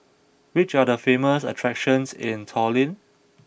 which are the famous attractions in Tallinn